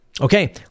Okay